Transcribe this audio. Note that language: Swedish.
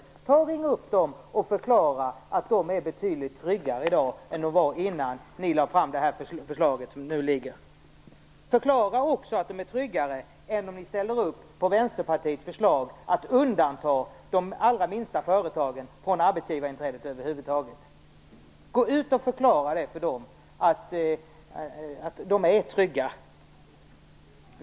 Tag och ring upp dem och förklara att de är betydligt tryggare i dag än de var innan ni lade fram det förslag som nu ligger på riksdagens bord! Förklara också att de är tryggare än om ni ställer upp på Vänsterpartiets förslag att helt undanta de allra minsta företagen från arbetsgivarinträdet. Gå ut och förklara för dem att de är trygga!